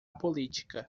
política